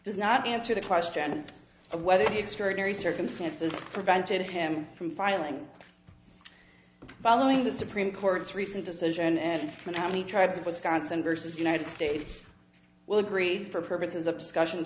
does not answer the question of whether the extraordinary circumstances prevented him from filing following the supreme court's recent decision and for how many tribes of wisconsin vs the united states will agree for purposes of discussion